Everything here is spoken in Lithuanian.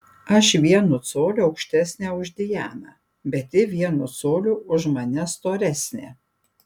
aš vienu coliu aukštesnė už dianą bet ji vienu coliu už mane storesnė